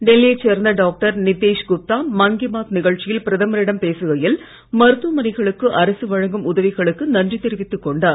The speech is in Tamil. டெல்லியை சேர்ந்த டாக்டர் நிதேஷ் குப்தா மன் கீ பாத் நிகழ்ச்சியில் பிரதமரிடம் பேசுகையில் மருத்துவமனைகளுக்கு அரசு வழங்கும் உதவிகளுக்கு நன்றி தெரிவித்துக் கொண்டார்